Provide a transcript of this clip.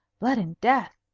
blood and death!